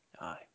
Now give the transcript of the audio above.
Aye